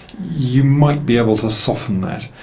you might be able to soften that,